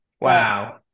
Wow